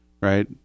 right